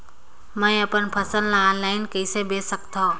मैं अपन फसल ल ऑनलाइन कइसे बेच सकथव?